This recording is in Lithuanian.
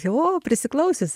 jo prisiklausius